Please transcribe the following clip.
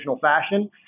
fashion